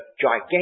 gigantic